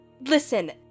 listen